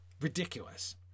Ridiculous